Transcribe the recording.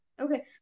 okay